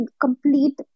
complete